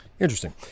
Interesting